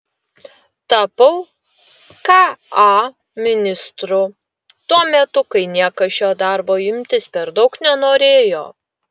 tapau ka ministru tuo metu kai niekas šio darbo imtis per daug nenorėjo